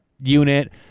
unit